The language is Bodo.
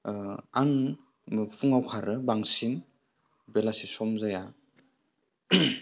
आं फुंआव खारो बांसिन बेलासियाव सम जाया